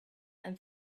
and